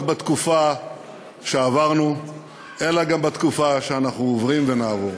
בתקופה שעברנו אלא גם בתקופה שאנחנו עוברים ונעבור.